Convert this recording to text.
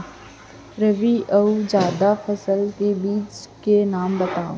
रबि अऊ जादा फसल के बीज के नाम बताव?